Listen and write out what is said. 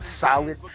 solid